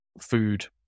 food